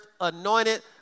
anointed